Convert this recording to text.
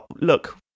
look